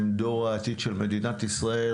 הם דור העתיד של מדינת ישראל,